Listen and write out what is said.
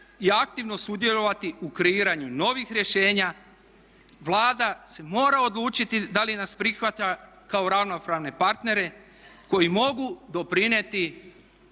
i aktivno sudjelovati u kreiranju novih rješenja. Vlada se mora odlučiti da li nas prihvaća kao ravnopravne partnere koji mogu doprinijeti